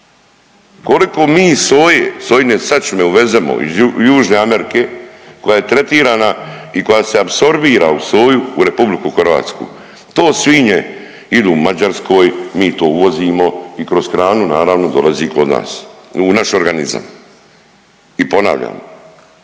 Koliko mi soje, sojine sačme uvezemo iz južne Amerike koja je tretirana i koja se apsorbira u soju u Republiku Hrvatsku? To svinje idu u Mađarskoj mi to uvozimo i kroz hranu naravno dolazi kod nas u naš organizam. I ponavljam